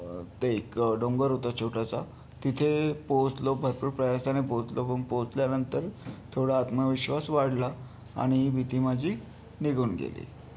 ते एक डोंगर होतं छोटासा तिथे पोहोचलो भरपूर प्रयासाने पोहोचलो पण पोहोचल्यानंतर थोडा आत्मविश्वास वाढला आणि भीती माझी निघून गेली